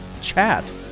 chat